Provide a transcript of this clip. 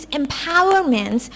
empowerment